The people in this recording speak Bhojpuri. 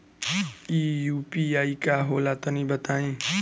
इ यू.पी.आई का होला तनि बताईं?